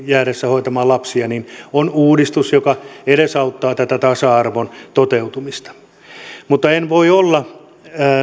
jäädessä kotiin hoitamaan lapsia tässä on uudistus joka edesauttaa tätä tasa arvon toteutumista mutta en voi olla